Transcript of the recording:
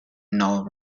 null